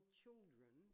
children